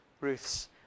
Ruth's